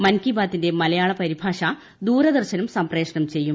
മൻ കി ബാത്തിന്റെ മലയാള പരിഭാഷ ദൂരദർശനും സംപ്രേഷണം ചെയ്യും